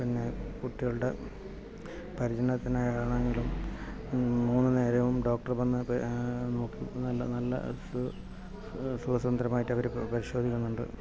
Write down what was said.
പിന്നെ കുട്ടികളുടെ പരിചരണത്തിനായാലും മൂന്ന് നേരവും ഡോക്ടർ വന്നു നോക്കി നല്ല സുഖസുന്ദരമായിട്ട് അവർ പരിശോധിക്കുന്നുണ്ട്